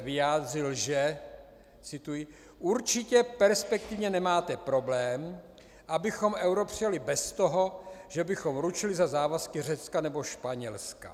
vyjádřil, že cituji určitě perspektivně nemáte problém, abychom euro přijali bez toho, že bychom ručili za závazky Řecka nebo Španělska.